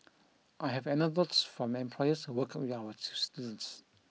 I have anecdotes from employers who work with our students